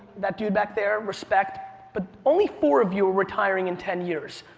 that dude back there, respect. but only four of you are retiring in ten years.